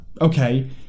okay